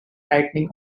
tightening